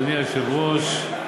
אדוני היושב-ראש.